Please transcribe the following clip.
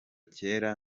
cyera